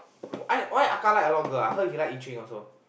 why Ahkah like a lot of girl ah heard he like Yi-Ching also